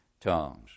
tongues